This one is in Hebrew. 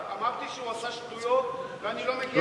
אמרתי שהוא עשה שטויות, ואני לא מגן עליו.